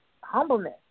humbleness